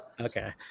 Okay